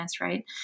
right